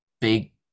big